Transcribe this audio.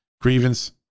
grievance